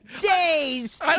days